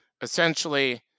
essentially